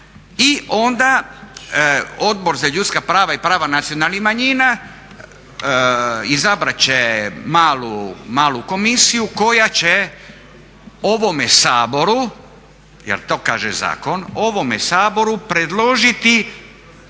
i onda Odbor za ljudska prava i prava nacionalnih manjina izabrat će malu komisiju koja će ovome Saboru, jer to kaže zakon, ovome Saboru predložiti